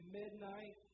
midnight